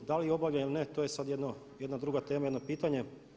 Da li obavlja ili ne to je sad jedna druga tema, jedno pitanje.